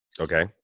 Okay